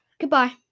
goodbye